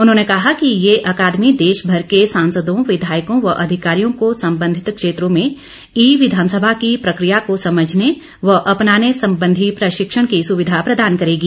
उन्होंने कहा कि ये अकादमी देश भर के सांसदों विधायकों व अधिकारियों को संबंधित क्षेत्रों में ई विधानसभा की प्रक्रिया को समझने व अपनाने संबंधी प्रशिक्षण की सुविधा प्रदान करेगी